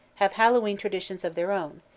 have hallowe'en traditions of their own,